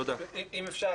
אם אפשר,